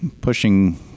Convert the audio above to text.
pushing